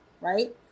right